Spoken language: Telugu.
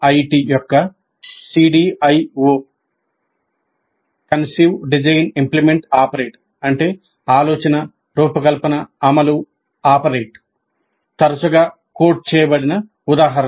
MIT యొక్క CDIO ఆలోచన రూపకల్పన అమలు ఆపరేట్ తరచుగా కోట్ చేయబడిన ఉదాహరణ